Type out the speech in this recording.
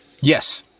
Yes